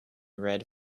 red